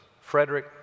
Frederick